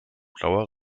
blauer